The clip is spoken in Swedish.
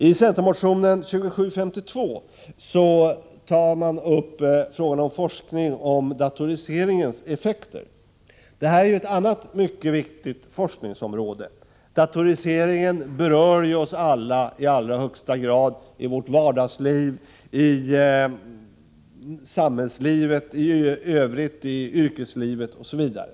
I centermotionen 2752 tar man upp frågan om forskningen kring datoriseringens effekter. Detta område är ett annat mycket viktigt forskningsområde. Datoriseringen berör ju oss alla i allra högsta grad. Det gäller i vardagslivet, i samhällslivet, i yrkeslivet i övrigt osv.